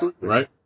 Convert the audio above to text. Right